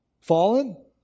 Fallen